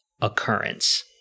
occurrence